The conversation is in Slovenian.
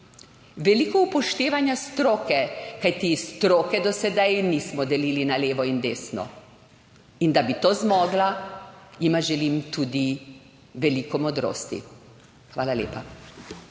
veliko upoštevanja stroke, kajti stroke do sedaj nismo delili na levo in desno, in da bi to zmogla, jima želim tudi veliko modrosti. Hvala lepa.